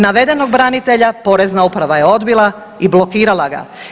Navedenog branitelja Porezna uprava je odbila i blokirala ga.